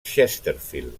chesterfield